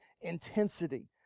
intensity